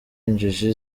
injiji